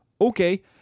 okay